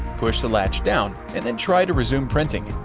push the latch down, and then try to resume printing.